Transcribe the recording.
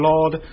Lord